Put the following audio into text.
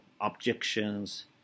objections